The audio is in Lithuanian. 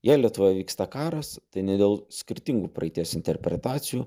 jei lietuvoje vyksta karas tai ne dėl skirtingų praeities interpretacijų